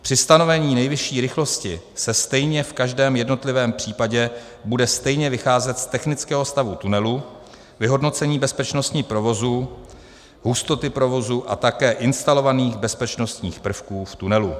Při stanovení nejvyšší rychlosti se stejně v každém jednotlivém případě bude vycházet z technického stavu tunelu, vyhodnocení bezpečnosti provozu, hustoty provozu a také instalovaných bezpečnostních prvků v tunelu.